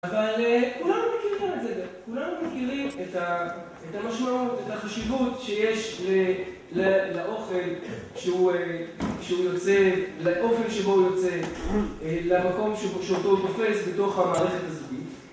אבל כולנו מכירים את זה, כולנו מכירים את המשמעות, את החשיבות שיש לאוכל כשהוא יוצא, לאופן שבו הוא יוצא, למקום שאותו הוא תופס בתוך המערכת הזוגית